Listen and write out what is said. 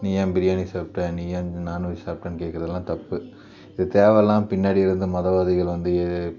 நீ ஏன் பிரியாணி சாப்பிட்ட நீ ஏன் நான் வெஜ் சாப்பிட்டேன்னு கேட்கறதெல்லாம் தப்பு இது தேவையில்லாம பின்னாடி இருந்து மதவாதிகள் வந்து